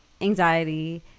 anxiety